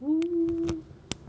mm